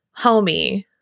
homie